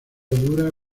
dura